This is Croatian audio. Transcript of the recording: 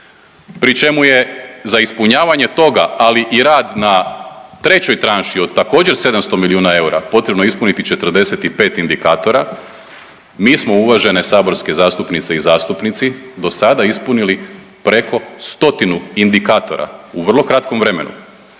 pri čemu je za ispunjavanje toga, ali i rad na trećoj tranši od također 700 milijuna eura potrebno ispuniti 45 indikatora. Mi smo uvažene saborske zastupnice i zastupnici do sada ispunili preko stotinu indikatora u vrlo kratkom vremenu.